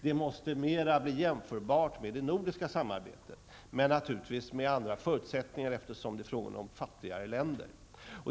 Det måste blir mera jämförbart med det nordiska samarbetet, men naturligtvis med andra förutsättningar eftersom det är fråga om fattigare länder.